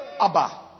Abba